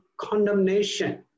condemnation